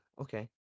okay